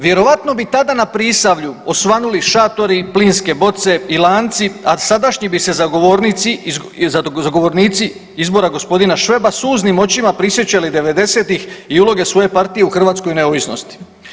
Vjerojatno bi tada na Prisavlju osvanuli šatori, plinske boce i lanci, a sadašnji bi se zagovornici, zagovornici izbora gospodina Šveba suznim očima prisjećali '90.-tih i uloge svoje partije u hrvatskoj neovisnosti.